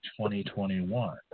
2021